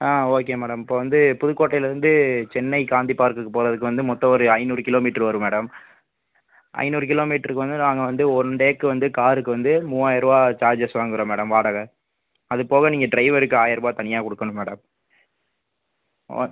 ஆ okay madam இப்போ வந்து புதுக்கோட்டையிலேருந்து சென்னை காந்தி பார்க்குக்கு போகிறதுக்கு வந்து மொத்தம் ஒரு ஐநூறு கிலோ மீட்டர் வரும் மேடம் ஐநூறு கிலோமீட்டருக்கு வந்து நாங்கள் வந்து ஒன் டேக்கு வந்து காருக்கு வந்து மூவாயரரூவா சார்ஜஸ் வாங்குகிறோம் மேடம் வாடகை அதுப்போக நீங்கள் டிரைவருக்கு ஆயர்ரூபாய் தனியாக கொடுக்கணும் மேடம்